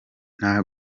nta